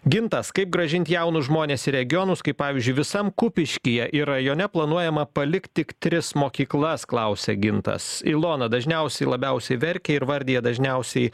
gintas kaip grąžint jaunus žmones į regionus kai pavyzdžiui visam kupiškyje ir rajone planuojama palikt tik tris mokyklas klausia gintas ilona dažniausiai labiausiai verkia ir vardija dažniausiai